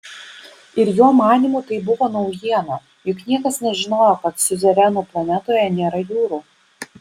ir jo manymu tai buvo naujiena juk niekas nežinojo kad siuzerenų planetoje nėra jūrų